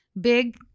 Big